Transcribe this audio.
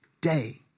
day